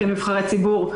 כנבחרי ציבור,